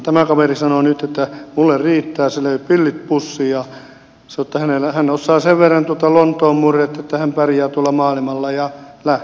tämä kaveri sanoi nyt että minulle riittää se löi pillit pussiin ja sanoi että hän osaa sen verran tuota lontoon murretta että hän pärjää tuolla maailmalla ja lähti